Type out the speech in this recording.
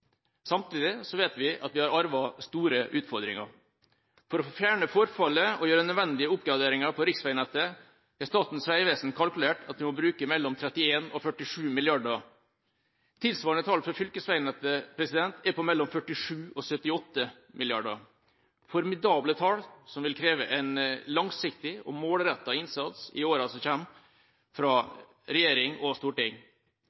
Samtidig vet vi at vi har arvet store utfordringer. For å fjerne forfallet og gjøre nødvendige oppgraderinger på riksveinettet har Statens vegvesen kalkulert med at vi må bruke mellom 31 og 47 mrd. kr. Tilsvarende tall for fylkesveinettet er på mellom 47 og 78 mrd. kr – formidable tall, som vil kreve en langsiktig og målrettet innsats i åra som